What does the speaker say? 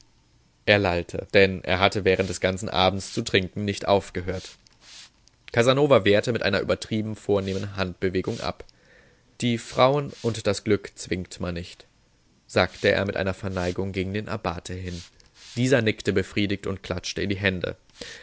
er lallte denn er hatte während des ganzen abends zu trinken nicht aufgehört casanova wehrte mit einer übertrieben vornehmen handbewegung ab die frauen und das glück zwingt man nicht sagte er mit einer verneigung gegen den abbate hin dieser nickte befriedigt und klatschte in die hände